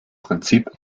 prinzip